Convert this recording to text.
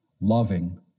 loving